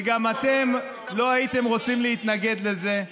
גם אתם לא הייתם רוצים להתנגד לזה.